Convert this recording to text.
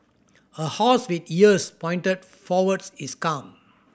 a horse with ears pointed forwards is calm